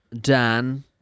Dan